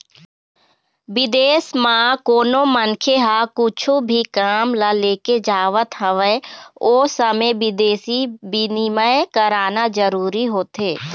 बिदेस म कोनो मनखे ह कुछु भी काम ल लेके जावत हवय ओ समे बिदेसी बिनिमय कराना जरूरी होथे